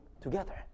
together